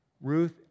Ruth